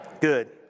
Good